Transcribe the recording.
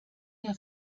der